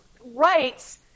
rights